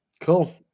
Cool